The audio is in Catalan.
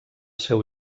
seu